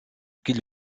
qu’il